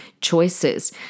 choices